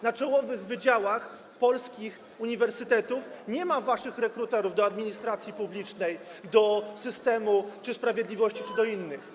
Na czołowych wydziałach polskich uniwersytetów nie ma waszych rekruterów do administracji publicznej, do systemu sprawiedliwości czy innych.